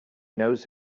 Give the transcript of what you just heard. knows